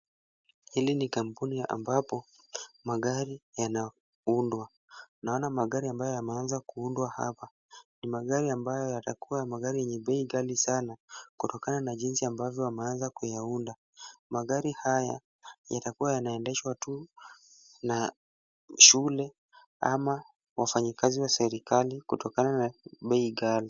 Hili ni kampuni ambapo magari yanaundwa. Naona magari ambayo yameanza kuundwa hapa ni magari ambayo yatakua magari yenye bei Kali sana kutokana na jinsi ambavyo wameanza kuyaunda. Magari haya yatakua yanaendeshwa tu na shule ama wafanyikazi wa serikali kutokana na bei kali.